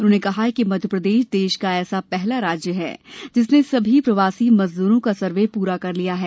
उन्होंने कहा कि मध्यप्रदेश देश का ऐसा पहला राज्य है जिसने सभी प्रवासी मजदूरों का सर्वे पूरा कर लिया है